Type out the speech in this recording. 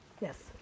Yes